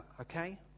Okay